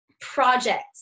projects